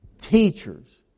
teachers